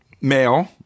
male